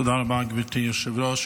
תודה רבה, גברתי היושבת-ראש.